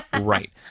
Right